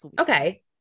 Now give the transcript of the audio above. Okay